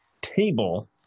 table